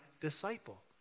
disciple